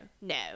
no